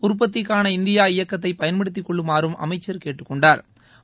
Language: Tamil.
உற்பத்திக்கான இந்தியா இயக்கத்தை பயன்படுத்திக் கொள்ளுமாறும் அமைச்சள் கேட்டுக் கொண்டாா்